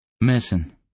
Missing